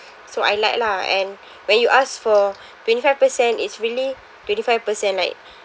so I like lah and when you ask for twenty five percent is really twenty five percent like